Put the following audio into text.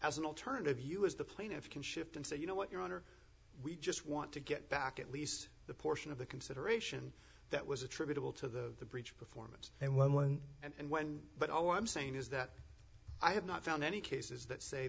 as an alternative you as the plaintiff can shift and say you know what your honor we just want to get back at least the portion of the consideration that was attributable to the breach performance and one and when but all i'm saying is that i have not found any cases that say